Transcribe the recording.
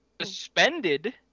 suspended